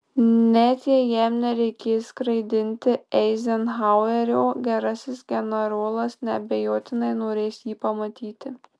net jei jam nereikės skraidinti eizenhauerio gerasis generolas neabejotinai norės jį pamatyti